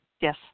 Yes